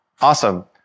Awesome